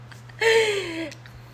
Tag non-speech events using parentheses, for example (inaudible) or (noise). (laughs)